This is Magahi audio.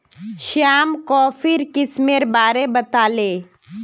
श्याम कॉफीर किस्मेर बारे बताले